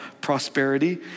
prosperity